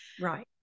right